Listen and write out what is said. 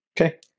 Okay